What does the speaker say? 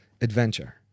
Adventure